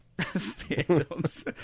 Phantoms